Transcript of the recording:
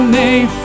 name